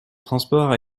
transport